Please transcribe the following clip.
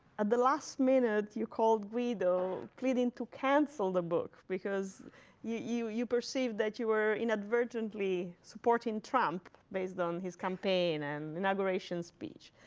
at the last minute, you called guido pleading to cancel the book, because you you perceived that you were inadvertently supporting trump based on his campaign and inauguration speech.